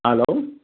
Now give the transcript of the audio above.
hello